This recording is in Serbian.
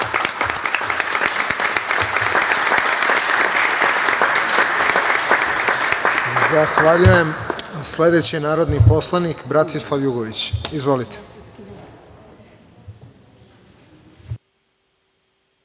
Zahvaljujem. Sledeći narodni poslanik Bratislav Jugović. Izvolite.